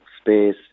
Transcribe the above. space